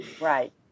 Right